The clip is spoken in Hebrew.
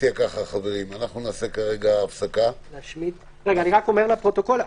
רק אומר לפרוטוקול,